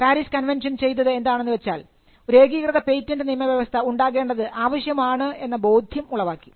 Paris convention ചെയ്തത് എന്താണെന്ന് വെച്ചാൽ ഒരു ഏകീകൃത പേറ്റന്റ് നിയമവ്യവസ്ഥ ഉണ്ടാകേണ്ടത് ആവശ്യമാണ് എന്ന ബോധ്യം ഉളവാക്കി